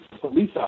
police